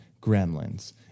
Gremlins